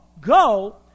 go